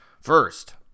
first